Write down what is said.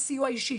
בסיוע אישי,